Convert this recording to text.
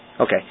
Okay